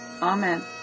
Amen